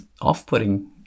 off-putting